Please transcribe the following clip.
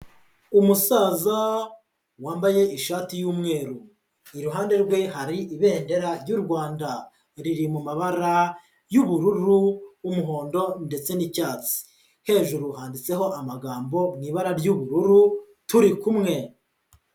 Umusaza wambaye ishati y'umweru, iruhande rwe hari Ibendera ry'u Rwanda riri mu mabara y'ubururu, umuhondo ndetse n'icyatsi, hejuru handitseho amagambo mu ibara ry'ubururu turi kumwe.